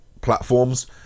platforms